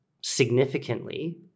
significantly